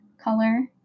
color